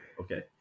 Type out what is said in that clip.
Okay